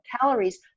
calories